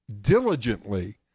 diligently